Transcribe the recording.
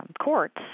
courts